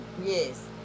Yes